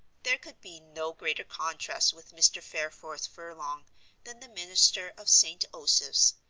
there could be no greater contrast with mr. fareforth furlong than the minister of st. osoph's,